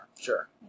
Sure